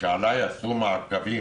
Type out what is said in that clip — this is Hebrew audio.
שעליי עשו מעקבים